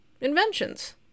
inventions